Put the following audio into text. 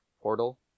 Portal